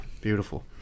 Beautiful